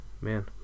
Man